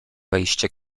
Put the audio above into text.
wejście